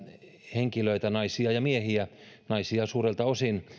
henkilöitä naisia ja miehiä naisia suurelta osin